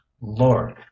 lord